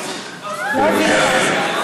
אדוני.